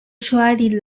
trolley